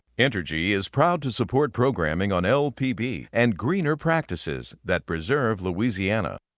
entergy is proud to support programming on lpb and greener practices that preserve louisiana.